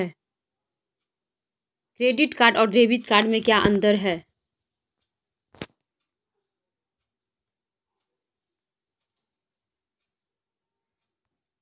Credit card और debit card में क्या अंतर है?